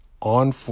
on